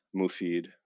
mufid